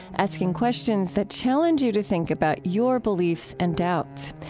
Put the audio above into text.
asking questions that challenge you to think about your believes and doubts.